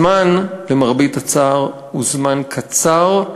הזמן, למרבה הצער, הוא זמן קצר,